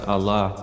Allah